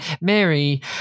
Mary